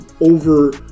over